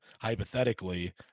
hypothetically